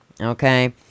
Okay